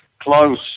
close